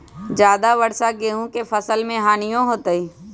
ज्यादा वर्षा गेंहू के फसल मे हानियों होतेई?